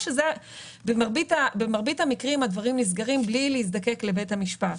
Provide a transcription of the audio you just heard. במרבית המקרים הדברים נסגרים בלי להזדקק לבית המשפט.